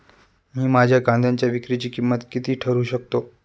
मी माझ्या कांद्यांच्या विक्रीची किंमत किती ठरवू शकतो?